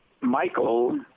Michael